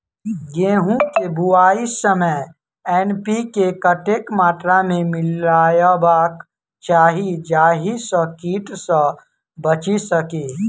गेंहूँ केँ बुआई समय एन.पी.के कतेक मात्रा मे मिलायबाक चाहि जाहि सँ कीट सँ बचि सकी?